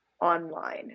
online